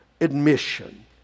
admission